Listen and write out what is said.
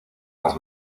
las